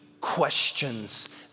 questions